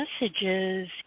messages